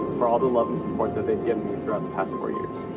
for all the love and support that they've given me throughout the past four years.